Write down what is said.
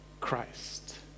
Christ